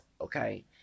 okay